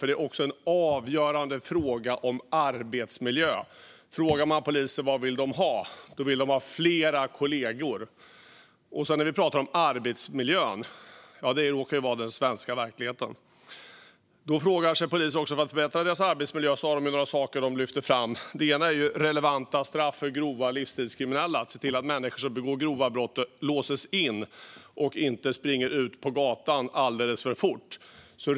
Det är också en avgörande fråga om arbetsmiljö. När vi frågar poliser vad de vill ha vill de ha fler kollegor. Arbetsmiljön råkar vara den svenska verkligheten. När vi frågar poliser vad de förväntar sig av sin arbetsmiljö lyfter de fram några saker. En är relevanta straff för grova livsstilskriminella. Människor som begår grova brott ska låsas in och inte kunna springa ut på gatan alldeles för fort.